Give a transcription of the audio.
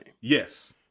Yes